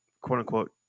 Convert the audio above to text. quote-unquote